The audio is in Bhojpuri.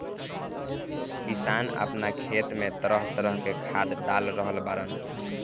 किसान आपना खेत में तरह तरह के खाद डाल रहल बाड़न